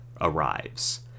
arrives